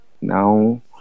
Now